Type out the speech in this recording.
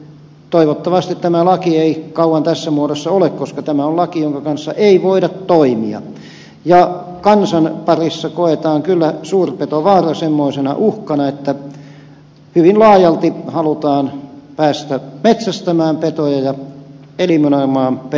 toivottavasti tämä laki ei kauan tässä muodossa ole koska tämä on laki jonka kanssa ei voida toimia ja kansan parissa koetaan kyllä suurpetovaara semmoisena uhkana että hyvin laajalti halutaan päästä metsästämään petoja ja eliminoimaan petovaaraa